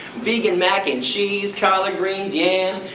vegan mac n cheese, collard greens, yams.